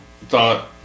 thought